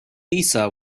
lisa